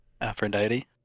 Aphrodite